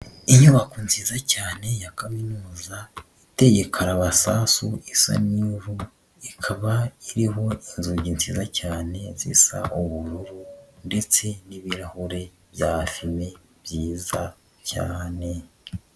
Inyubako nziza cyane ya Kaminuza iteye kabasasu isa n'ivu, ikaba iriho inzugi nziza cyane zisa ubururu ndetse n'ibirahure bya fime byiza cyane.